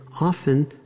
often